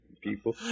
people